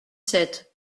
sept